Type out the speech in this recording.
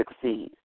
succeed